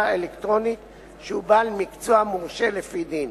אלקטרונית שהוא בעל מקצוע מורשה לפי דין.